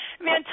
Man